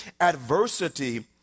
adversity